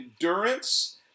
endurance